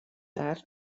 tard